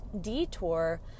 detour